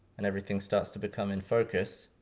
and everything starts to become in focus,